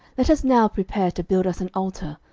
let us now prepare to build us an altar,